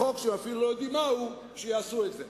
חוק שהם אפילו לא יודעים מהו, שיעשו את זה.